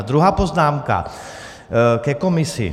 Druhá poznámka ke komisi.